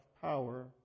power